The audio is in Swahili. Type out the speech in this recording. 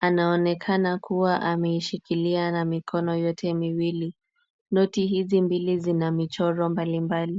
Anaonekana kuwa ameishikilia na mikono yote miwili. Noti hizi mbili zina michoro mbalimbali.